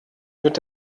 mit